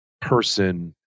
person